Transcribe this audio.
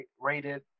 rated